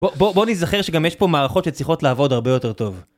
בוא נזכר שגם יש פה מערכות שצריכות לעבוד הרבה יותר טוב